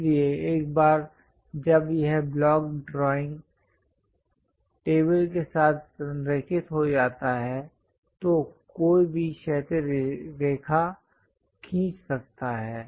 इसलिए एक बार जब यह ब्लॉक ड्राइंग टेबल के साथ संरेखित हो जाता है तो कोई भी क्षैतिज रेखा खींच सकता है